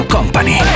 Company